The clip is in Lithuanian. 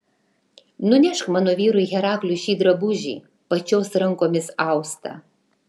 nunešk mano vyrui herakliui šį drabužį pačios rankomis austą